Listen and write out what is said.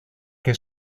que